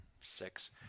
six